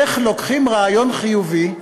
איך לוקחים רעיון חיובי,